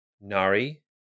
Nari